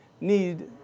need